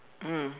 mm